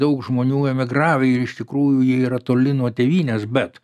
daug žmonių emigravę ir iš tikrųjų jie yra toli nuo tėvynės bet